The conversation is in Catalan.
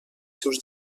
seus